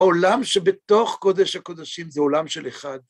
עולם שבתוך קודש הקודשים זה עולם של אחד.